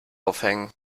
aufhängen